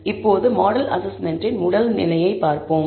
இப்போது மாடல் அசஸ்மெண்ட்டின் முதல் நிலையை பார்ப்போம்